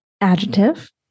Adjective